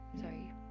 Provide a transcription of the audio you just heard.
sorry